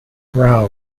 brow